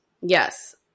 Yes